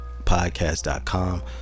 podcast.com